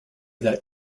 that